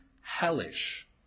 hellish